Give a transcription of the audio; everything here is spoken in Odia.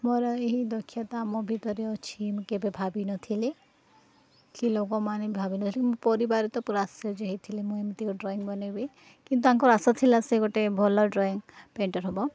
ମୋର ଏହି ଦକ୍ଷତା ମୋ ଭିତରେ ଅଛି ମୁଁ କେବେ ଭାବିନଥିଲି କି ଲୋକମାନେ ଭାବିନଥିଲେି ମୋ ପରିବାର ତ ପୁରା ଆଶ୍ଚର୍ଯ୍ୟ ହେଇଥିଲେ ମୁଁ ଏମିତି ଏକ ଡ୍ରଇଂ ବନେଇବି କିନ୍ତୁ ତାଙ୍କର ଆଶା ଥିଲା ସେ ଗୋଟେ ଭଲ ଡ୍ରଇଂ ପେଣ୍ଟର ହବ